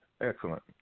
excellent